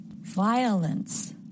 Violence